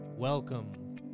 Welcome